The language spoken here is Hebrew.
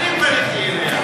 אני פניתי אליה.